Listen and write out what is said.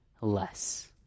less